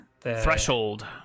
Threshold